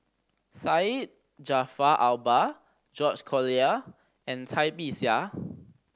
Syed Jaafar Albar George Collyer and Cai Bixia